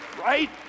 right